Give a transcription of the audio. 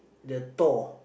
the Thor